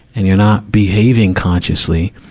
and you're not behaving consciously,